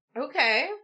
okay